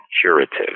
curative